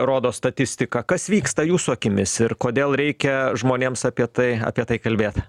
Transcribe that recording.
rodo statistika kas vyksta jūsų akimis ir kodėl reikia žmonėms apie tai apie tai kalbėt